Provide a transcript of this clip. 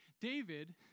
David